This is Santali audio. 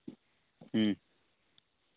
ᱦᱮᱸ